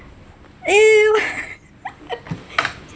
eh what